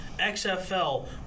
XFL